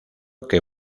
que